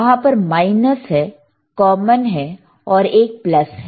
वहां पर माइनस है कॉमन है और एक प्लस है